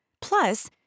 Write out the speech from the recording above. Plus